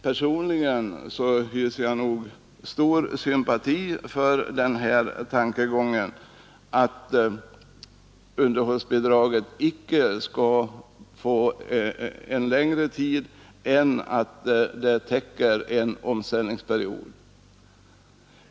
Personligen hyser jag stor sympati för tankegången att underhållsbidraget inte skall utgå för längre tid än att det täcker en omställningsperiod.